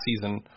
season